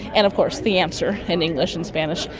and of course the answer in english and spanish.